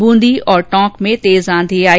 बूंदी और टोंक में तेज आंधी आई